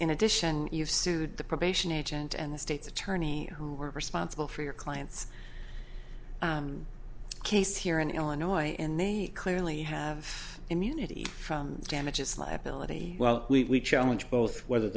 in addition you've sued the probation agent and the state's attorney who were responsible for your client's case here in illinois and they clearly have immunity from damages liability well we challenge both whether